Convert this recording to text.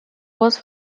was